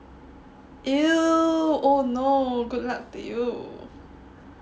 !eww! oh no good luck to you